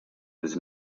was